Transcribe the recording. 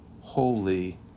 holy